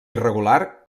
irregular